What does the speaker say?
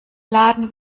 laden